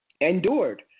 endured